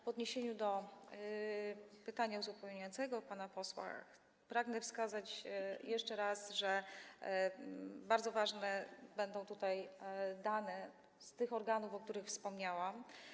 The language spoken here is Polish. W odniesieniu do pytania uzupełniającego pana posła pragnę wskazać jeszcze raz, że bardzo ważne będą tutaj dane od tych organów, o których wspomniałam.